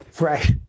Right